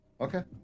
Okay